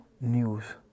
news